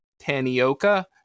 Tanioka